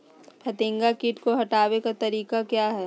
फतिंगा किट को हटाने का तरीका क्या है?